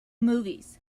movies